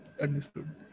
Understood